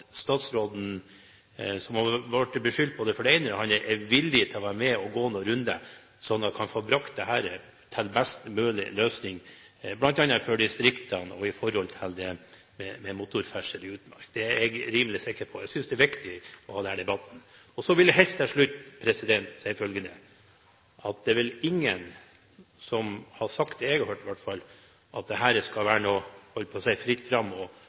statsråden, som har blitt beskyldt for både det ene og det andre, er villig til å være med på å gå noen runder, sånn at man kan få til en best mulig løsning, bl.a. for distriktene, når det gjelder motorferdsel i utmark. Det er jeg rimelig sikker på. Jeg synes det er viktig å ha det med i debatten. Jeg vil til slutt si følgende: Det er vel ingen som har sagt – det jeg har hørt i alle fall – at det skal være fritt fram og frislepp. Dette skal foregå i regulerte former. Jeg er sikker på